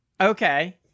Okay